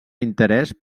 interès